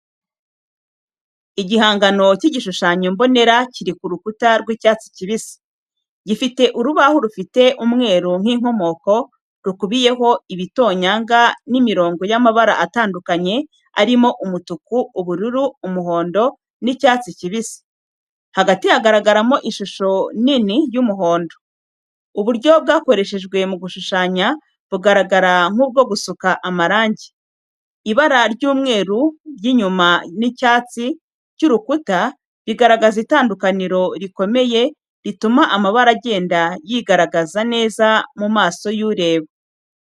Igihangano cy'igishushanyo mbonera kiri ku rukuta rw’icyatsi kibisi. Gifite urubaho rufite umweru nk’inkomoko, rukubiyeho ibitonyanga n’imirongo y’amabara atandukanye arimo umutuku, ubururu, umuhondo, n’icyatsi kibisi. Hagati hagaragaramo ishusho nini y’umuhondo. Uburyo bwakoreshejwe mu gushushanya bugaragara nk’ubwo gusuka amarangi. Ibara ry’umweru ry’inyuma n’icyatsi cy’urukuta bigaragaza itandukaniro rikomeye rituma amabara agenda yigaragaza neza mu maso y’ureba.